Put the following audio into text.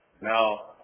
Now